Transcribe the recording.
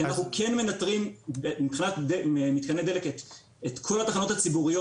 כי אנחנו כן מנטרים מבחינת מתקני דלק את כל התחנות הציבוריות